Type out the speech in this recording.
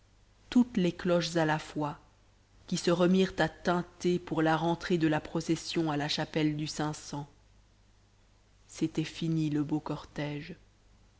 toutes les cloches à la fois qui se remirent à tinter pour la rentrée de la procession à la chapelle du saint sang c'était fini le beau cortège